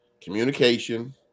Communication